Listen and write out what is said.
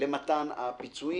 למתן הפיצויים.